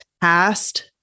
past